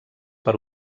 per